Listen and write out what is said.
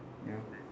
ya